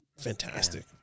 fantastic